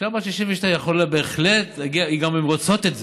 אישה בת 62, הן גם רוצות את זה.